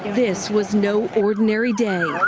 this was no ordinary day.